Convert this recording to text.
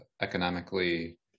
economically